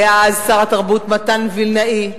היה אז שר התרבות מתן וילנאי,